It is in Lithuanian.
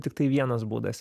tiktai vienas būdas